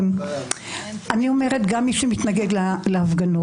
כנראה שזה מעיד על מה שנאמר קודם לגבי מי באמת עוצר כל אפשרות של שיח.